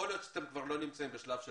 יכול להיות שאתם כבר לא נמצאים בשלב של